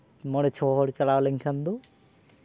ᱢᱚᱬᱮ ᱪᱷᱚ ᱦᱚᱲ ᱪᱟᱞᱟᱣ ᱞᱮᱱᱠᱷᱟᱱ ᱫᱚ